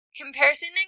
comparison